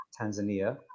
Tanzania